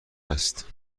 است